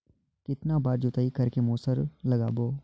कितन बार जोताई कर के मसूर बदले लगाबो?